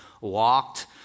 walked